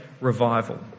Revival